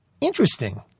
interesting